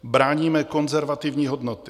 Bráníme konzervativní hodnoty.